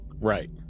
Right